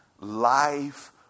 life